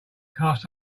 cast